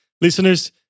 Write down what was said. Listeners